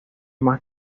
más